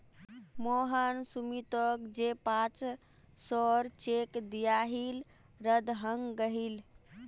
मोहन सुमीतोक जे पांच सौर चेक दियाहिल रद्द हंग गहील